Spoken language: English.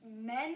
men